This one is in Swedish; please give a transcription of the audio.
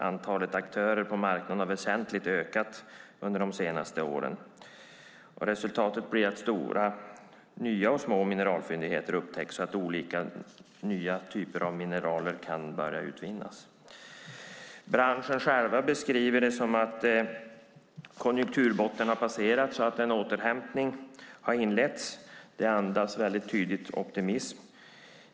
Antalet aktörer på marknaden har väsentligt ökat under de senaste åren. Resultatet är att nya stora och små mineralfyndigheter upptäcks så att olika nya typer av mineraler kan börja utvinnas. Branschen själv beskriver det som att konjunkturbotten har passerats och att en återhämtning har inletts. Det andas tydligt optimism.